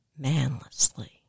manlessly